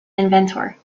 inventor